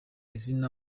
izina